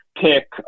pick